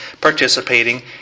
participating